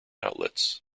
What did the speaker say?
outlets